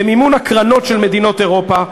במימון הקרנות של מדינות אירופה,